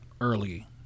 early